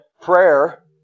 prayer